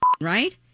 right